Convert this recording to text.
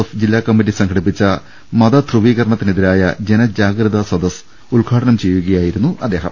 F ജില്ലാകമ്മറ്റി സംഘടിപ്പിച്ച മതധ്രുവീകരണത്തിനെതിരായ ജനജാഗ്രതാ സദസ്സ് ഉദ്ഘാടനം ചെയ്യുകയായിരുന്നു അദ്ദേഹം